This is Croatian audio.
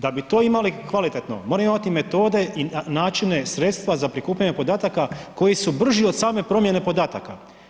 Da bi to imali kvalitetno, moramo imati metode i načine sredstva za prikupljanje podataka koji su brži od same promjene podataka.